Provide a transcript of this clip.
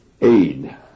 aid